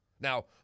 Now